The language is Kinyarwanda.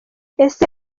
ese